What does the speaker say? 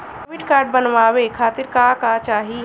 Debit card बनवावे खातिर का का चाही?